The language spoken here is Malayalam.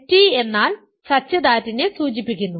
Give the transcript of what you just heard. t എന്നാൽ such that നെ സൂചിപ്പിക്കുന്നു